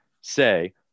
say